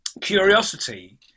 curiosity